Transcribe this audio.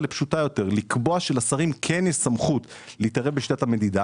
לפשוטה יותר; לקבוע שלשרים כן יש סמכות להתערב בשיטת המדידה,